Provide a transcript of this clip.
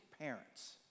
Parents